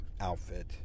outfit